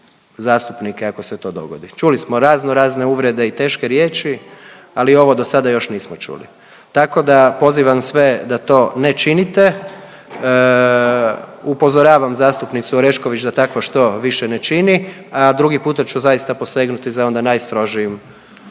zastupnike ako se to dogodi. Čuli smo razno razne uvrede i teške riječi, ali ovo do sada još nismo čuli, tako da pozivam sve da to ne činite. Upozoravam zastupnicu Orešković da takvo što više ne čini, a drugi puta ću zaista posegnuti za onda najstrožijim